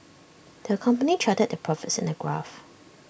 the company charted their profits in A graph